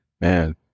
Man